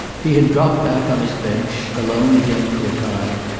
he had dropped back on his bench, alone again for a time,